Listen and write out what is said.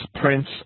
Prince